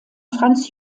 franz